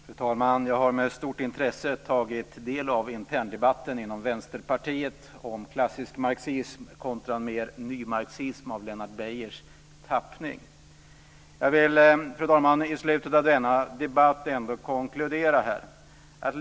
Fru talman! Jag har med stort intresse tagit del av interndebatten i Vänsterpartiet om klassisk marxism kontra nymarxism i Lennart Beijers tappning. Jag vill, fru talman, i slutet av denna debatt ändå göra några konklusioner.